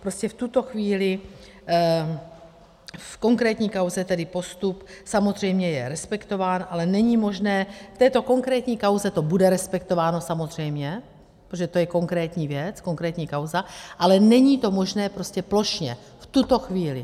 Prostě v tuto chvíli v konkrétní kauze tedy postup samozřejmě je respektován, ale není možné v této konkrétní kauze to bude respektováno samozřejmě, protože to je konkrétní věc, konkrétní kauza, ale není to možné prostě plošně, v tuto chvíli.